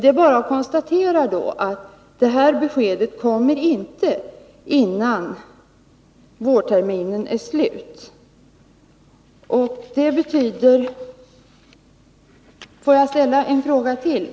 Det kan dock konstateras att beskedet inte kommer innan vårtermi nen avslutats.